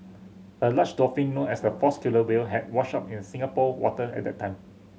a large dolphin known as a false killer whale had washed up in Singapore water at that time